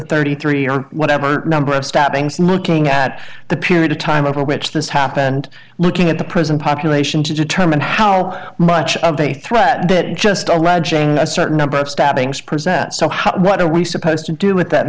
thirty three or whatever number of stabbings looking at the period of time over which this happened looking at the prison population to determine how much of a threat there just a certain number of stabbings present so what are we supposed to do with that in